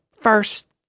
first